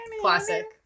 Classic